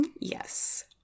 Yes